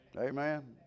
Amen